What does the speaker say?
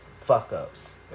fuck-ups